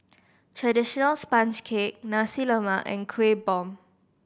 traditional sponge cake Nasi Lemak and Kuih Bom